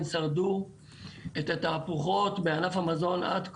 שרדו את התהפוכות בענף המזון עד כה.